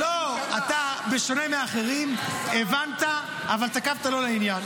לא, אתה, בשונה מאחרים, הבנת, אבל תקפת לא לעניין.